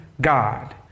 God